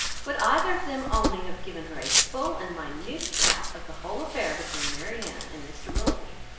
would either of them only have given her a full and minute account of the whole affair between marianne and mr. willoughby,